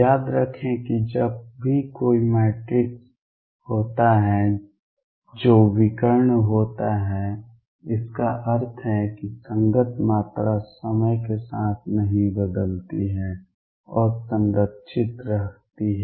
याद रखें कि जब भी कोई मैट्रिक्स होता है जो विकर्ण होता है इसका अर्थ है कि संगत मात्रा समय के साथ नहीं बदलती है और संरक्षित रहती है